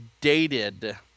dated